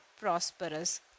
prosperous